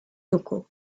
locaux